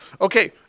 Okay